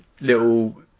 little